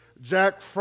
Jack